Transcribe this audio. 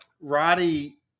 Roddy